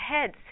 heads